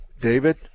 David